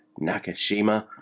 Nakashima